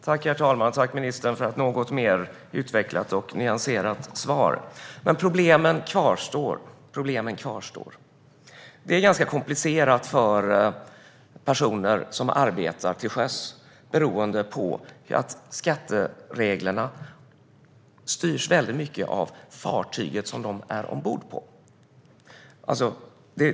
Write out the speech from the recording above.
Herr talman! Jag tackar ministern för ett något mer utvecklat och nyanserat svar. Men problemen kvarstår. Det är ganska komplicerat för personer som arbetar till sjöss, beroende på att skattereglerna styrs väldigt mycket av fartyget som de är ombord på.